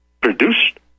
produced